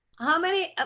how many um